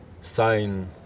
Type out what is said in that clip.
sign